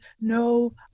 no